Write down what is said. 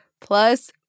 plus